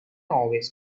always